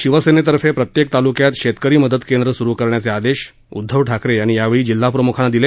शिवसेनेतर्फे प्रत्येक तालुक्यात शेतकरी मदत केंद्र सुरु करण्याचे आदेश ठाकरे यांनी यावेळी जिल्हाप्रमुखांना दिले